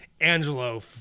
Angelo